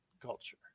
Culture